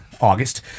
August